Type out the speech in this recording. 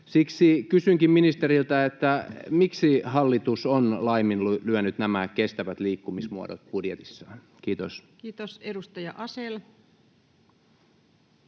Siksi kysynkin ministeriltä: miksi hallitus on laiminlyönyt nämä kestävät liikkumismuodot budjetissaan? — Kiitos. [Speech